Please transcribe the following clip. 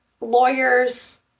lawyers